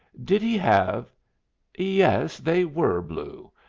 did he have yes, they were blue.